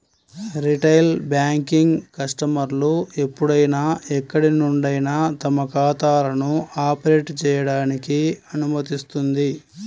retail banking కస్టమర్లు ఎప్పుడైనా ఎక్కడి నుండైనా తమ ఖాతాలను ఆపరేట్ చేయడానికి అనుమతిస్తుంది